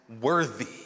worthy